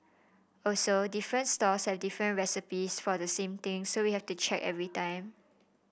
also different stalls have different recipes for the same thing so we have to check every time